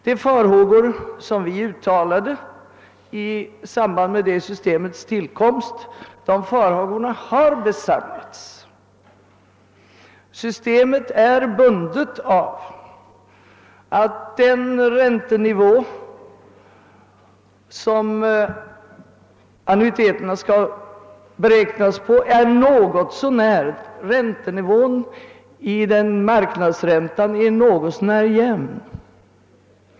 De farhågor som vi uttalade i samband med det systemets tillkomst har besannats. Systemet är baserat på att den marknadsränta som annuiteterna skall beräknas på är något så när stabil.